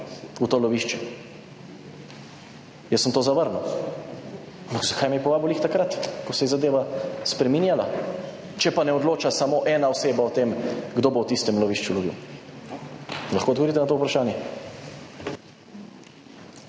v to lovišče. Jaz sem to zavrnil. Ampak zakaj me je povabil prav takrat, ko se je zadeva spreminjala? Če pa ne odloča samo ena oseba o tem, kdo bo v tistem lovišču lovil. Lahko odgovorite na to vprašanje?